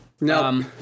no